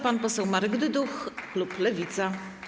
Pan poseł Marek Dyduch, klub Lewica.